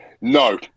No